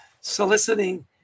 soliciting